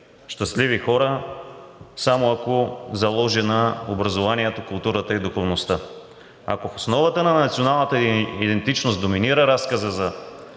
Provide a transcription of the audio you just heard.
щастливи хора само ако заложи на образованието, културата и духовността. Ако в основата на националната ни идентичност доминира разказът за